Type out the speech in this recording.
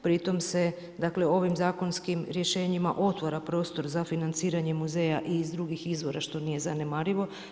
Pritom se, dakle ovim zakonskim rješenjima otvara prostor za financiranje muzeja i iz drugih izvora što nije zanemarivo.